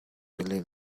believe